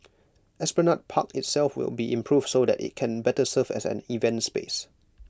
esplanade park itself will be improved so that IT can better serve as an event space